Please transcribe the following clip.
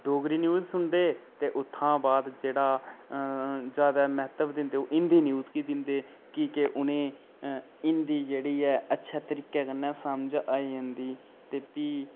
Dogri news सुनदे ते उत्थां बाद जेह्ड़ा ज्यादा म्हत्तब दिंदे ओह् हिंदी न्यूज गी दिंदे कि के उनेंगी हिंदी जेह्ड़ी ऐ अच्छा तरीके कन्नै समझ आई जंदी ते फ्ही